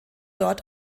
dort